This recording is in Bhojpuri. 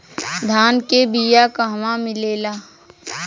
धान के बिया कहवा मिलेला?